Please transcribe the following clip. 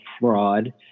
fraud